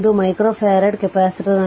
5 microfarad ಕೆಪಾಸಿಟರ್ನ0